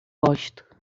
gosto